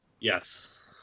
Yes